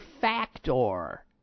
factor